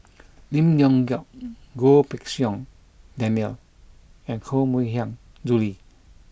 Lim Leong Geok Goh Pei Siong Daniel and Koh Mui Hiang Julie